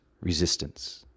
resistance